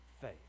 faith